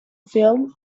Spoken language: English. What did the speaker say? film